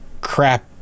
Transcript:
crap